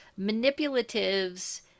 manipulatives